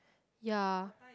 ya